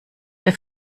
der